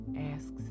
asks